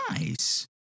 Nice